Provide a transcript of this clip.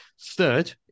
third